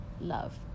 love